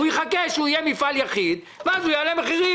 הוא יחכה עד שהוא יהיה מפעל יחיד ואז הוא יעלה מחירים.